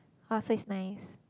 oh so it's nice